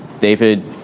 David